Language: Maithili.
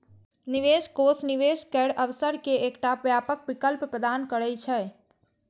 निवेश कोष निवेश केर अवसर के एकटा व्यापक विकल्प प्रदान करै छै